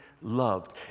loved